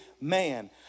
man